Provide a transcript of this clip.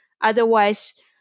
Otherwise